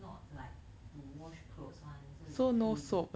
not like to wash clothes one so is clean wash clothes